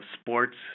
sports